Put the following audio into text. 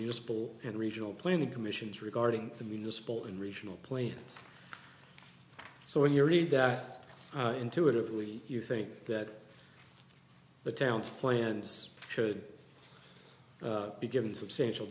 municipal and regional planning commissions regarding the municipal and regional planes so when you read that intuitively you think that the town's plans should be given substantial